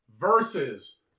versus